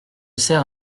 sers